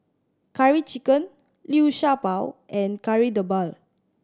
Curry Chicken Liu Sha Bao and Kari Debal